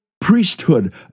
priesthood